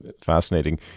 Fascinating